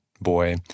boy